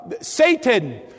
Satan